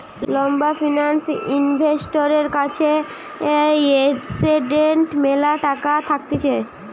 লম্বা ফিন্যান্স ইনভেস্টরের কাছে এসেটের ম্যালা টাকা থাকতিছে